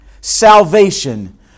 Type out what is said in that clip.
salvation